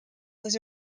was